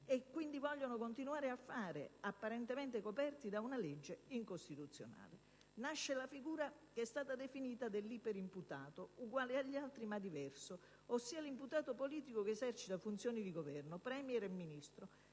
e quindi vogliono continuare a fare, apparentemente coperti da una legge incostituzionale. Nasce la figura che è stata definita dell'iperimputato, uguale agli altri ma diverso, ossia l'imputato politico che esercita funzioni di governo (*Premier* e Ministri)